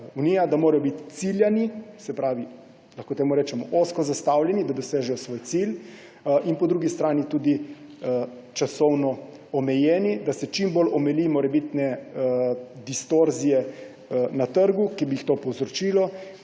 unija, da morajo biti – ciljani, se pravi, temu lahko rečemo ozko zastavljeni, da dosežejo svoj cilj, in po drugi strani tudi časovno omejeni, da se čim bolj omili morebitne distorzije na trgu, ki bi jih to povzročilo.